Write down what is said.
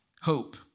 hope